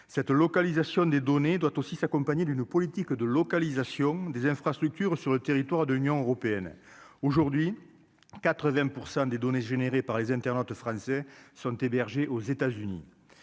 cette localisation des données doit aussi s'accompagner d'une politique de localisation des infrastructures sur le territoire de l'Union Européenne aujourd'hui 80 % des données générées par les internautes français sont hébergés aux États-Unis,